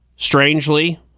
Strangely